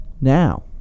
Now